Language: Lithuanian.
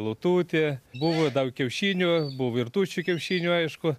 lututė buvo daug kiaušinių buvo ir tuščių kiaušinių aišku